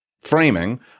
framing